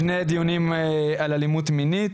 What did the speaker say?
שני דיונים על אלימות מינית,